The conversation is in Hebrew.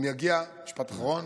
משפט אחרון: